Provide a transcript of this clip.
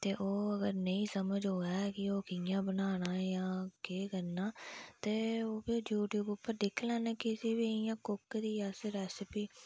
ते ओह् अगर नेईं समझ आवै कि ओह् कियां बनाना जां केह् करना ते ओह् फ्ही यूट्यूब उप्पर दिक्खी लैन्ने कुक दी इयां रेसपी